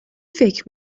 فکر